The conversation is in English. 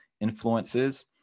influences